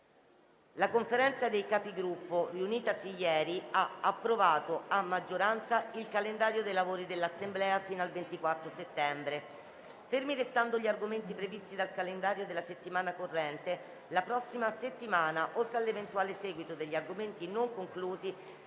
La Conferenza dei Capigruppo, riunitasi ieri, ha approvato a maggioranza il calendario dei lavori dell'Assemblea fino al 24 settembre. Fermi restando gli argomenti previsti dal calendario della settimana corrente, la prossima settimana, oltre all'eventuale seguito degli argomenti non conclusi,